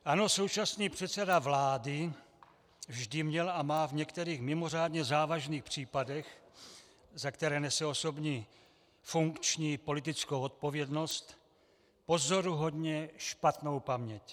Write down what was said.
Ano, současný předseda vlády vždy měl a má v některých mimořádně závažných případech, za které nese osobní funkční i politickou odpovědnost, pozoruhodně špatnou paměť.